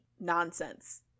nonsense